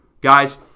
guys